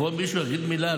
יבוא מישהו ויגיד מילה?